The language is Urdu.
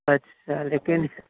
اچھا لیکن